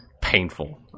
painful